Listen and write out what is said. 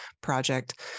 project